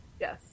Yes